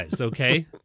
okay